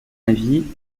avis